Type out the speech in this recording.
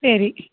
சரி